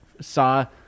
saw